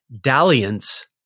dalliance